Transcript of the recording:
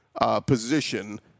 position